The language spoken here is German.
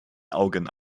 augen